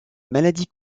maladie